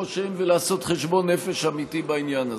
שהם ולעשות חשבון נפש אמיתי בעניין הזה.